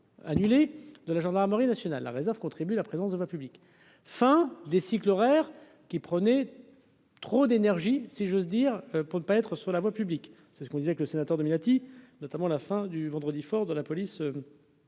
annulé de la gendarmerie nationale, la réserve contribue la présence de voie publique fin des cycles horaires qui prenait trop d'énergie, si j'ose dire. Pour ne pas être sur la voie publique, c'est ce qu'on disait que le sénateur Dominati notamment la fin du vendredi, fort de la police.